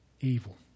evil